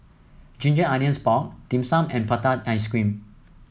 Ginger Onions Pork Dim Sum and Prata Ice Cream